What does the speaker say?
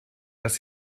dass